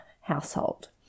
household